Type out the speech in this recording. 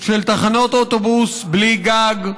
של תחנות אוטובוס בלי גג,